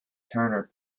turner